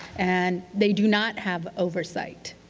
and they do not have oversight.